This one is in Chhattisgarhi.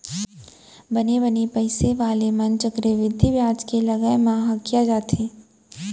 बने बने पइसा वाले मन चक्रबृद्धि बियाज के लगे म हकिया जाथें